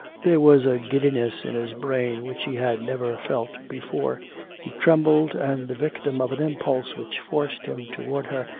there was a giddiness in his brain which he had never felt before he trembled, and the victim of an impulse which forced him toward her,